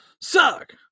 suck